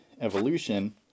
evolution